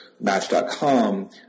match.com